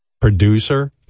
producer